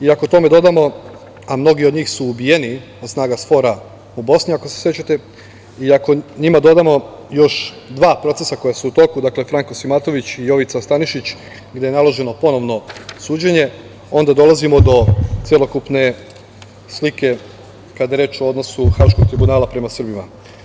I ako tome dodamo, a mnogi od njih su ubijeni od snaga SFORA u Bosni, ako se sećate, iako njima dodamo još dva procesa koja su u toku, dakle, Franko Simatović i Jovica Stanišić, gde je naloženo ponovno suđenje, onda dolazimo do celokupne slike kada je reč o odnosu Haškog tribunala prema Srbima.